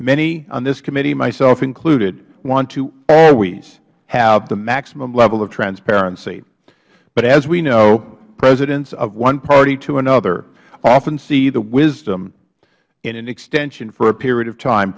many on this committee myself include want to always have the maximum level of transparency but as we know presidents of one party to another often see the wisdom in an extension for a period of time